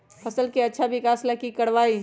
फसल के अच्छा विकास ला की करवाई?